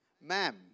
Ma'am